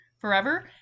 forever